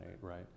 right